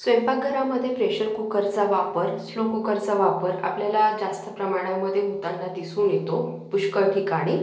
स्वयंपाकघरामध्ये प्रेशर कुकरचा वापर श्लो कुकरचा वापर आपल्याला जास्त प्रमाणामध्ये होताना दिसून येतो पुष्कळ ठिकाणी